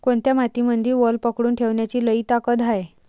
कोनत्या मातीमंदी वल पकडून ठेवण्याची लई ताकद हाये?